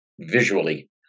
visually